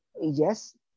yes